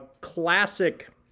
classic